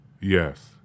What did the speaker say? yes